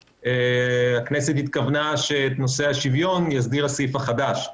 שהכנסת התכוונה שאת נושא השוויון יסדיר הסעיף החדש.